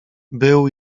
był